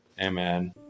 Amen